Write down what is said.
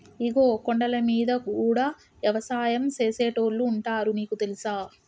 ఇగో కొండలమీద గూడా యవసాయం సేసేటోళ్లు ఉంటారు నీకు తెలుసా